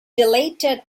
dilated